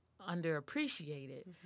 underappreciated